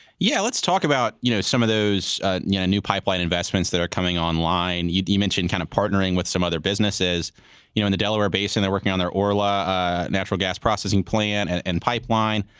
yeah let's talk about you know some of those yeah new pipeline investments that are coming online. you mentioned kind of partnering with some other businesses you know in the delaware base. and they're working on their orla natural gas processing plant and and pipeline.